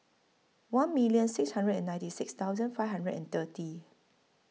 one million six hundred and ninety six thousand five hundred and thirty